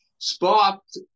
sparked